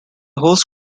host